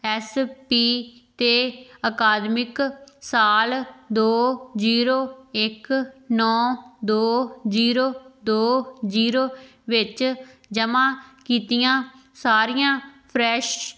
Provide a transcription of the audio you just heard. S P 'ਤੇ ਅਕਾਦਮਿਕ ਸਾਲ ਦੋ ਜ਼ੀਰੋ ਇੱਕ ਨੌ ਦੋ ਜ਼ੀਰੋ ਦੋ ਜ਼ੀਰੋ ਵਿੱਚ ਜਮ੍ਹਾਂ ਕੀਤੀਆਂ ਸਾਰੀਆਂ ਫ਼੍ਰੈਸ਼